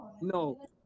No